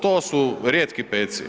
To su rijetki petci.